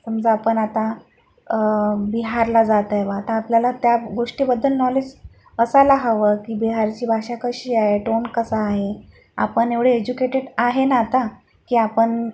समजा आपण आता बिहारला जात आहे बा तर आपल्याला त्या गोष्टीबद्दल नॉलेज असायला हवं की बिहारची भाषा कशी आहे टोन कसा आहे आपण एवढे एज्युकेटेड आहे ना आता की आपण